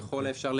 ככל האפשר,